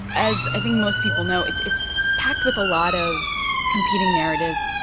as i think most people know it's it's packed with a lot of competing narratives,